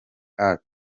act